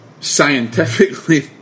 scientifically